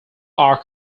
are